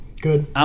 Good